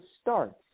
starts